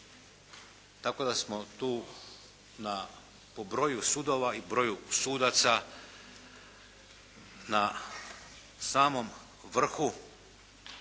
tako da smo tu po broju sudova i broju sudaca na samom vrhu